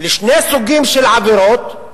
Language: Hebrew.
לשני סוגים של עבירות,